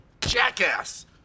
jackass